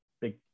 big